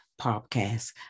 podcast